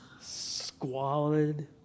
squalid